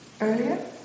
earlier